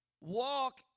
walk